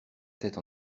tête